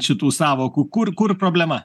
šitų sąvokų kur kur problema